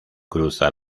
cruza